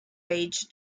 age